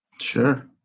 sure